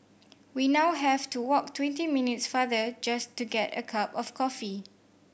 we now have to walk twenty minutes farther just to get a cup of coffee